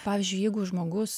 pavyzdžiui jeigu žmogus